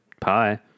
pie